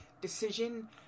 decision